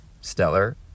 stellar